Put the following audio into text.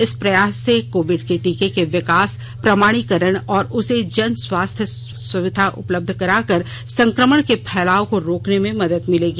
इस प्रयास से कोविड के टीके के विकास प्रमाणीकरण और उसे जन स्वास्थ्य व्यवस्था में लाकर संक्रमण के फैलाव को रोकने में मदद मिलेगी